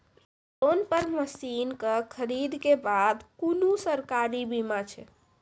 Loan पर मसीनऽक खरीद के बाद कुनू सरकारी बीमा छै?